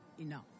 enough